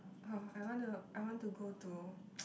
oh I want to I want to go to